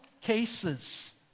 cases